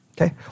Okay